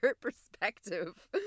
perspective